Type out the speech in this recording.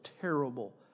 terrible